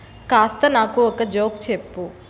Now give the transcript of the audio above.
కాస్త నాకు ఒక జోక్ చెప్పు